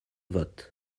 vote